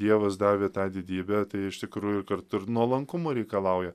dievas davė tą didybę tai iš tikrųjų kartu ir nuolankumo reikalauja